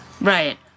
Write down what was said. right